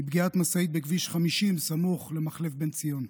מפגיעת משאית בכביש 50, סמוך למחלף בן ציון.